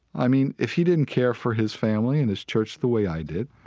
i mean, if he didn't care for his family and his church the way i did,